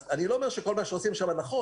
אז אני לא אומר שכל מה שעושים שם נכון,